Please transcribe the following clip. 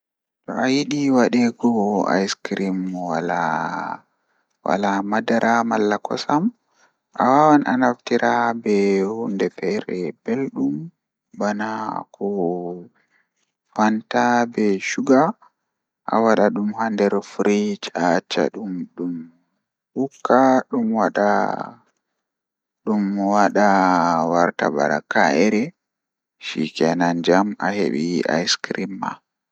Komi wawata numtugo egaa wakkati midon bingel kanjum woni wakkati abba amin baaba am babirawo am hosata amin yaara amin babal yiwugo maayo wakkti man o yaara amin babal fijugo, Babal man don wela mi masin nden mi yejjitittaa wakkati man.